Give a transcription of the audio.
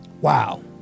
Wow